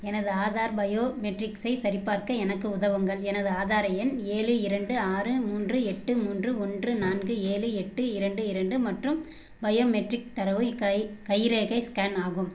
எனது ஆதார் பயோமெட்ரிக்ஸை சரிபார்க்க எனக்கு உதவுங்கள் எனது ஆதார எண் ஏழு இரண்டு ஆறு மூன்று எட்டு மூன்று ஒன்று நான்கு ஏழு எட்டு இரண்டு இரண்டு மற்றும் பயோமெட்ரிக் தரவு கை கைரேகை ஸ்கேன் ஆகும்